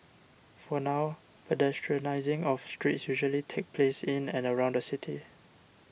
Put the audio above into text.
for now pedestrianising of streets usually takes place in and around the city